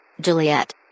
Juliet